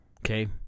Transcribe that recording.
Okay